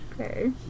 Okay